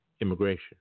immigration